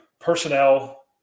personnel